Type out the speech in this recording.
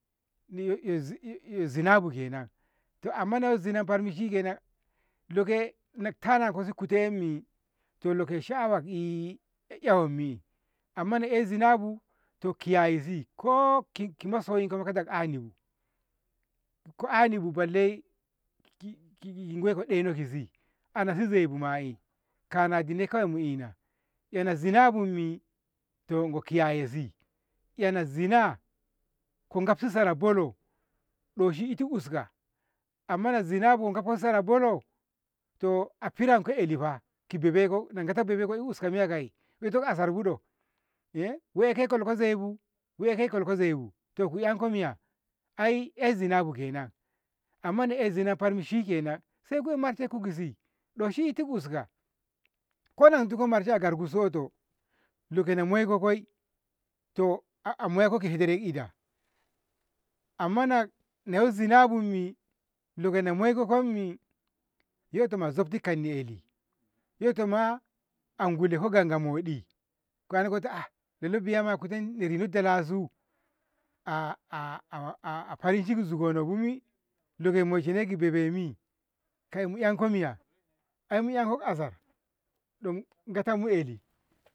ekzinabu kenan amma na ehyo zina barmi shikenan loke tanankosi kutemmi to loke shaawanni ya wammi amma na eh zinabu to kiyayishi ko ki ki masoyiko ko gag anibu balle koi ko ɗenoshi anasi zaizu ma'i kanadi dai kawai mi'ina ehno zinabu mi deko kiyayeshi ekzina ko gafsi sara bolo doshi iti uska amma nazinabu ko gafko sara bolo to a firanko yali fa kibe beko kogata bebeko uska miya ka'i itko asarbu do? wai ke kolko zaibu wai ke kolko zaibu to yanko miya ai eh zinabu kenan ammana eh zina farmi shikenan saiku eh marshenku kisi doshi iti uska kona ko dikko a garko mandu soto lokoi moiko koi to a moiko ki hetire ida amma na- nawo zinabummi lokana moikoimi yotoma zaftu kanni 'yali yotoma a gulekaga gule moɗi ko ankota ta ah lolo biya mamaye indirmi dalasu farin ciki ki zugono bime loke moishene ki bebemi kai mu yank miya ai mu 'yanko asar mugatamu 'yali